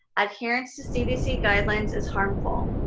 adherence to cdc guidelines is harmful.